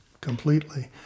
completely